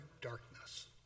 darkness